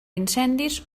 incendis